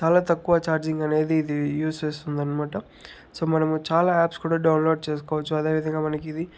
చాలా తక్కువ ఛార్జింగ్ అనేది ఇది యూస్ వస్తుందనమాట సో మనము చాలా యాప్స్ కూడా డౌన్లోడ్ చేసుకోవచ్చు అదేవిధంగా మనకు ఇది